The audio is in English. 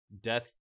death